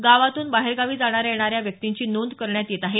गावातून बाहेरगावी जाणाऱ्या येणाऱ्या व्यक्तींची नोंद करण्यात येत आहे